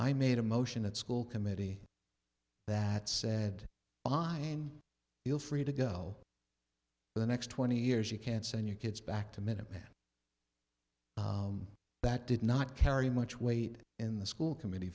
i made a motion at school committee that said fine feel free to go the next twenty years you can't send your kids back to minuteman that did not carry much weight in the school committee